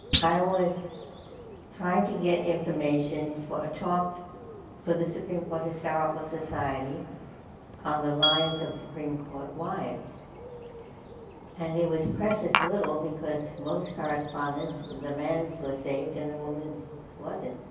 i was trying to get information for a talk for the supreme court historical society on the lives of supreme court wives and there was precious little because most correspondence the men's was saved and the women's wasn't.